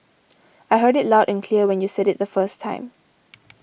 I heard you loud and clear when you said it the first time